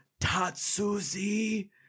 Tatsuzi